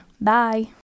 Bye